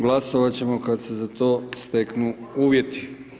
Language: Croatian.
Glasovat ćemo kad se za to steknu uvjeti.